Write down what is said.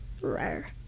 rare